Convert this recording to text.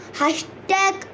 hashtag